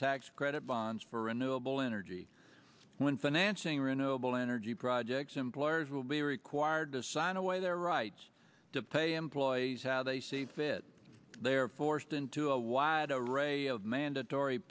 tax credit bonds for renewal energy when financing renewable energy projects employers will be required to sign away their rights to pay employees how they see fit they are forced into a wide array of mandatory